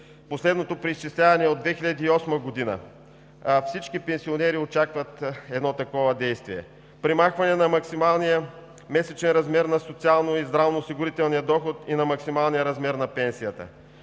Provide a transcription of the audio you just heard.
Последното преизчисляване е от 2008 г. Всички пенсионери очакват едно такова действие. Премахване на максималния месечен размер на социалния и здравноосигурителния доход и на максималния размер на пенсията.